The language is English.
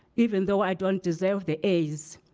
even though i don't serve the a's.